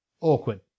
Awkward